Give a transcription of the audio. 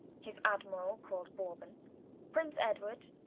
his admirall, call'd bourbon prince edward,